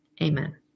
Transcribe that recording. Amen